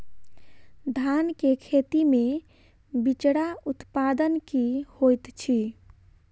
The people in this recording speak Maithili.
धान केँ खेती मे बिचरा उत्पादन की होइत छी?